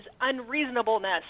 unreasonableness